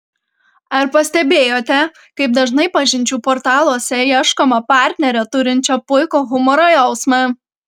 ar pastebėjote kaip dažnai pažinčių portaluose ieškoma partnerio turinčio puikų humoro jausmą